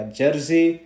jersey